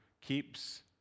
keeps